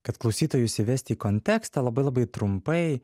kad klausytojus įvest į kontekstą labai labai trumpai